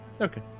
Okay